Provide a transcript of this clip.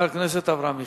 חבר הכנסת אברהם מיכאלי.